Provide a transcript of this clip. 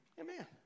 Amen